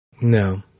No